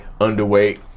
underweight